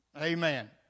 Amen